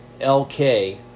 L-K